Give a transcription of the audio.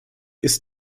ist